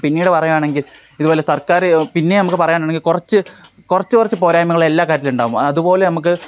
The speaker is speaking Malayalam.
പിന്നീട് പറയുകയാണെങ്കിൽ ഇതുപോലെ സർക്കാർ പിന്നേയും നമുക്ക് പറയാനുണ്ടെങ്കിൽ കുറച്ച് കുറച്ച് കുറച്ച് പോരായ്മകൾ എല്ലാ കാര്യത്തിലും ഉണ്ടാകും അതുപോലെ നമുക്ക്